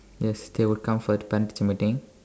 yes they would come for the parent teacher meeting